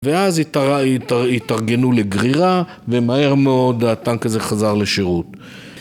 ואז התארגנו לגרירה, ומהר מאוד הטנק הזה חזר לשירות.